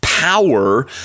Power